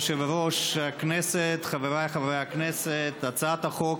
כי הצעת החוק